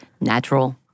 natural